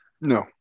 No